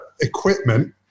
equipment